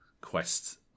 quest